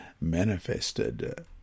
manifested